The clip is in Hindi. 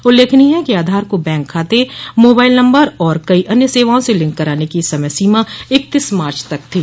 उल्लेखनीय है कि आधार को बैंक खाते मोबाइल नम्बर और कई अन्य सेवाओं से लिंक कराने की समय सीमा इकतीस मार्च तक थी